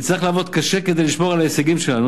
נצטרך לעבוד קשה כדי לשמור על ההישגים שלנו.